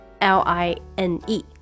L-I-N-E